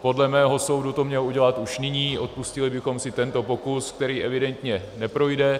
Podle mého soudu to měl udělat už nyní, odpustili bychom si tento pokus, který evidentně neprojde.